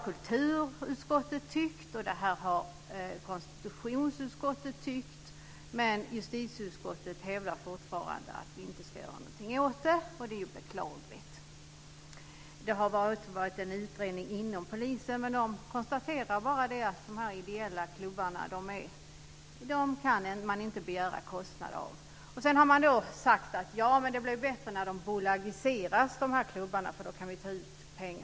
Kulturutskottet och konstitutionsutskottet har tyckt att så borde vara fallet, men justitieutskottet hävdar fortfarande att vi inte ska göra någonting åt saken. Det är beklagligt. Frågan har också utretts inom polisen, som bara har konstaterar att man inte kan begära att ideella klubbar själva ska stå för kostnaderna. Man har hänvisat till att det blir bättre när klubbarna bolagiseras eftersom de då kan stå för kostnaderna.